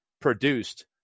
produced